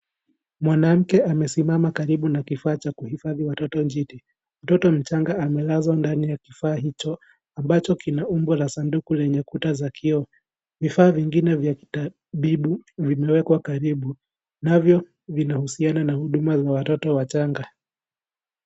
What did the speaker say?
Mwanamke amesimama karibu na kifaa cha kuhifadhi watoto njiti, mtoto mchanga amelazwa ndani ya kifaa hicho ambacho kina umbo la sanduku lenye kuta za kioo, vifaa vingine vya kitibabu vimewekwa karibu navyo vinahusiana na huduma za watoto wachanga.